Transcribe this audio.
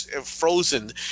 frozen